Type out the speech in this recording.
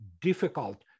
difficult